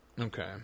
Okay